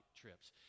trips